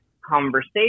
conversation